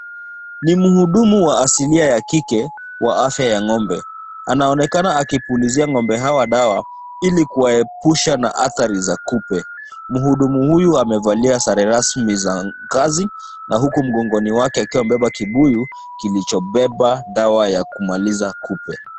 Ni mhudumu wa asilia wa kike wa afya ya ng'ombe. Anaonekana akipulizia ng'ombe hawa dawa ili kuwaepusha na adhari za kupe. Mhudumu huyu amevalia sare rasmi za kazi na huku mgongoni wake akiwa amebeba kibuyu kilichobeba dawa ya kumaliza kupe.